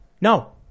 No